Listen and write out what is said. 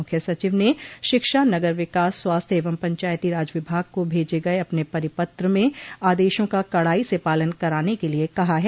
मुख्य सचिव ने शिक्षा नगर विकास स्वास्थ्य एवं पंचायती राज विभाग को भेजे गये अपने परिपत्र में आदेशों का कड़ाई से पालन कराने के लिए कहा है